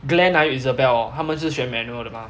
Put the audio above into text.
glenn 还有 isabel 他们是学 manual 的吗